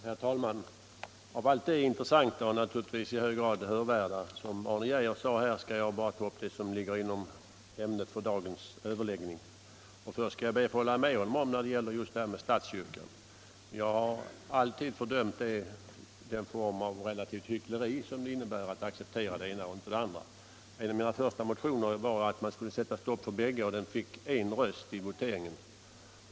Herr talman! Av allt det intressanta och naturligtvis i hög grad hörvärda som Arne Geijer sade skall jag bara ta upp det som hör till ämnet för dagens överläggning. Först skall jag be att få hålla med honom om vad han sade om statskyrkan. Jag har alltid fördömt den form av hyckleri som det innebär att acceptera det ena och inte det andra. I en av mina första motioner här i riksdagen yrkade jag att man skulle sätta stopp för bägge, och den fick en röst vid voteringen.